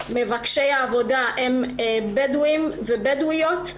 מבקשי העבודה הם בדואים ובדואיות,